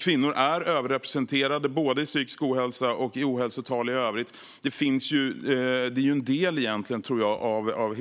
Kvinnor är överrepresenterade både i psykisk ohälsa och i ohälsotal i övrigt. Jag tror att det är en del av